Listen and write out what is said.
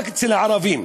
רק אצל הערבים,